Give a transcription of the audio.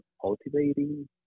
cultivating